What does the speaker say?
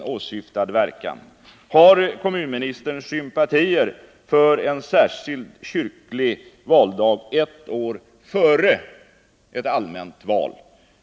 Har kommun 16 november 1979 ministern sympatier för en särskild kyrklig valdag ett år före ett allmänt val?